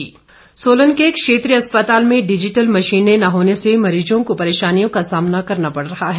अस्पताल सोलन के क्षेत्रीय अस्पताल में डिजिटल मशीनें न होने से मरीजों को परेशानियों का सामना करना पड़ रहा है